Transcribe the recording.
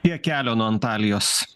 kiek kelio nuo antalijos